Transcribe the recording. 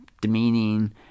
demeaning